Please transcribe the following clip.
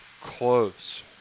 close